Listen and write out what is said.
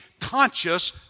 conscious